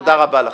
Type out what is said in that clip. תודה רבה לכם.